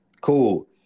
Cool